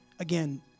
Again